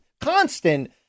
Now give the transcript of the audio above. constant